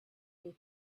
they